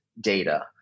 data